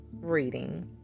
reading